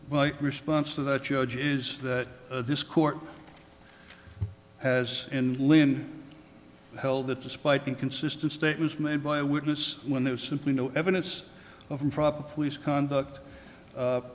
there response to that judge is that this court has in lynn held that despite inconsistent statements made by a witness when there's simply no evidence of improper police conduct